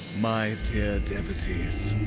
my dear devotees,